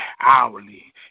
hourly